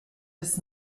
des